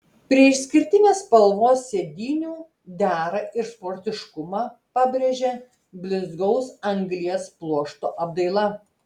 prie išskirtinės spalvos sėdynių dera ir sportiškumą pabrėžia blizgaus anglies pluošto apdaila